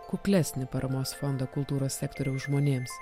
kuklesnį paramos fondą kultūros sektoriaus žmonėms